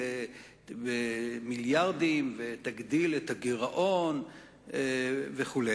במיליארדים ותגדיל את הגירעון וכו'.